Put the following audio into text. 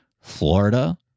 Florida